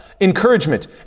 Encouragement